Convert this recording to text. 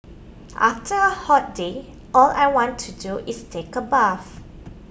after hot day all I want to do is take a bath